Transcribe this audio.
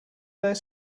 there